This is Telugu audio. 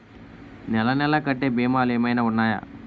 నెల నెల కట్టే భీమాలు ఏమైనా ఉన్నాయా?